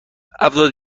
هفتاد